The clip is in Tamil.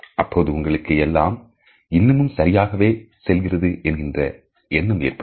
அப்போது உங்களுக்கு எல்லாம் இன்னமும் சரியாகவே செல்கிறது என்ற எண்ணம் ஏற்படும்